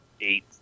eight